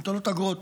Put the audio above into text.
מוטלות אגרות.